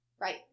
Right